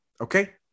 Okay